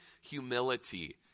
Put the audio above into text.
humility